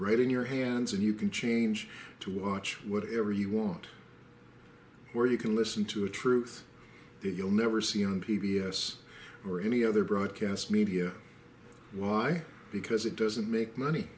right in your hands and you can change to watch whatever you want where you can listen to a truth that you'll never see on p b s or any other broadcast media why because it doesn't make money